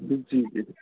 جی جی